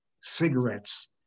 cigarettes